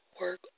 work